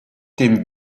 dem